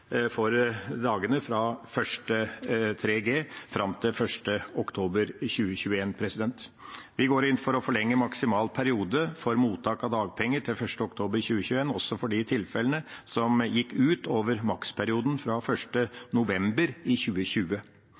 fram til 1. oktober 2021. Vi går inn for å forlenge maksimal periode for mottak av dagpenger til 1. oktober 2021 også for de tilfellene som gikk utover maksperioden fra 1. november i 2020.